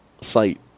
site